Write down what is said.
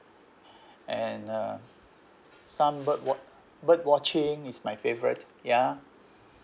and uh some bird wat~ bird watching is my favourite ya